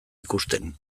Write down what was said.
ikusten